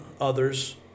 others